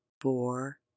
four